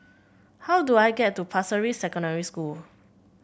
how do I get to Pasir Ris Secondary School